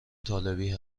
طالبی